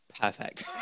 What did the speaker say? Perfect